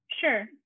Sure